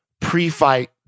pre-fight